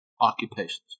occupations